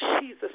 Jesus